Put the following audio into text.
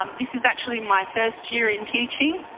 um this is actually my first year in teaching.